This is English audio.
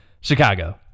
Chicago